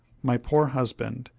my poor husband!